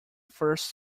first